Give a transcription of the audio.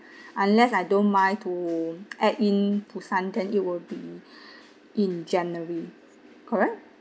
unless I don't mind to add in busan then it would be in january correct